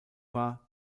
war